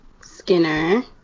Skinner